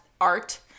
art